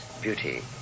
beauty